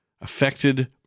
affected